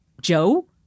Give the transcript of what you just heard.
Joe